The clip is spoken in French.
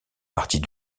partie